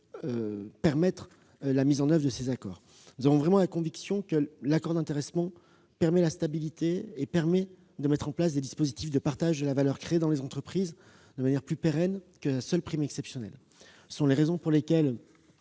suffise à la mise en oeuvre de ces accords. Nous sommes convaincus que l'accord d'intéressement apporte de la stabilité et qu'il permet de mettre en place des dispositifs de partage de la valeur créée dans les entreprises de manière plus pérenne que la seule prime exceptionnelle. Pour ces raisons, le